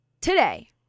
today